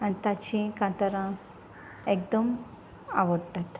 आनी ताची कांतारां एकदम आवडटात